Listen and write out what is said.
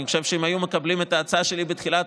אני חושב שאם היו מקבלים את ההצעה שלי בתחילת